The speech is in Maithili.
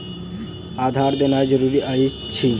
आधार देनाय जरूरी अछि की?